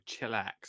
chillax